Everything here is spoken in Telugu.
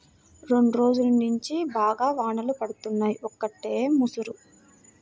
రెండ్రోజుల్నుంచి బాగా వానలు పడుతున్నయ్, ఒకటే ముసురు